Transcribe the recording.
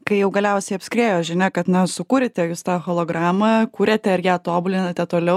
kai jau galiausiai apskriejo žinia kad na sukūrėte jūs tą hologramą kuriate ar ją tobulinate toliau